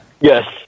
Yes